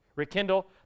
rekindle